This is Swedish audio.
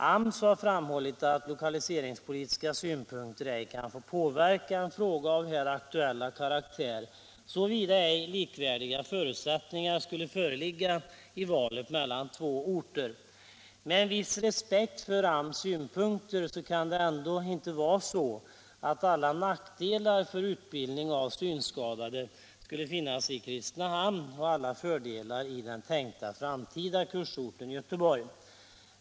AMS har framhållit att lokaliseringspolitiska synpunkter ej kan få påverka en fråga av den här aktuella karaktären, såvida ej likvärdiga förutsättningar skulle föreligga i valet mellan två orter. politiken Arbetsmarknadspolitiken Med en viss respekt för AMS synpunkter kan det ändå inte vara så, att alla nackdelar för utbildning av synskadade finns i Kristinehamn och alla fördelar i den tänkta framtida kursorten Göteborg.